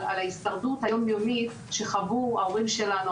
על ההישרדות היומיומית שחוו ההורים שלנו,